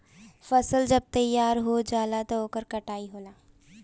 फसल जब तैयार हो जाला त ओकर कटनी होला